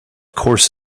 course